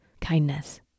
kindness